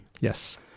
Yes